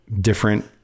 different